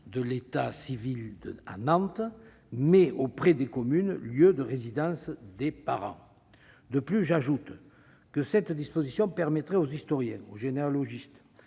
de l'état civil à Nantes, mais auprès des communes de résidence des parents. De plus, cette évolution permettrait aux historiens et généalogistes